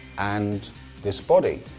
and this body.